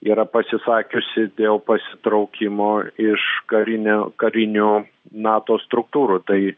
yra pasisakiusi dėl pasitraukimo iš karinio karinių nato struktūrų tai